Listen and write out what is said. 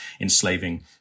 enslaving